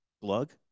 Glug